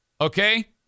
Okay